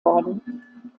worden